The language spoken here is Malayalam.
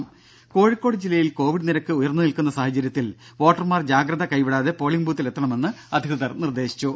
ദേദ കോഴിക്കോട് ജില്ലയിൽ കോവിഡ് നിരക്ക് ഉയർന്നുനിൽക്കുന്ന സാഹചര്യത്തിൽ വോട്ടർമാർ ജാഗ്രത കൈവിടാതെ പോളിങ് ബൂത്തിലെത്തണമെന്ന് അധികൃതർ നിർദേശിച്ചു